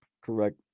Correct